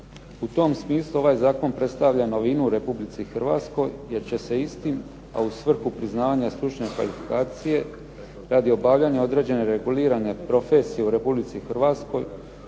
U tom smislu ovaj Zakon predstavlja novinu u Republici Hrvatskoj jer će se istim a u svrhu priznavanja stručne kvalifikacije radi obavljanja određene regulirane profesije u Republici Hrvatskoj